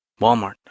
Walmart